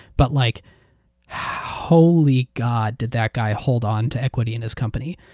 but like holy god did that guy hold on to equity in this company.